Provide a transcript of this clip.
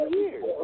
years